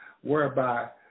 whereby